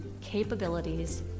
capabilities